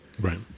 Right